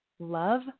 Love